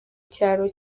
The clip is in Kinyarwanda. cyaro